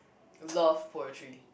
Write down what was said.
love poetry